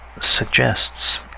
suggests